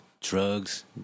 drugs